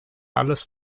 alles